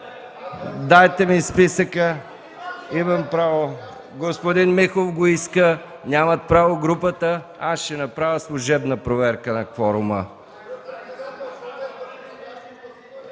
Дайте ми списъка, имам право! Господин Михов го иска, но нямат право от групата, аз ще направя служебна проверка на кворума.